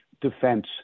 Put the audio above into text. defense